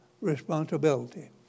responsibility